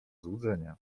złudzenie